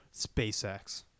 SpaceX